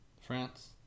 France